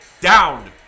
down